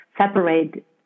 separate